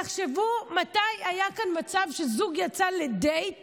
תחשבו מתי היה כאן מצב שזוג יצא לדייט